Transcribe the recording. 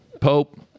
Pope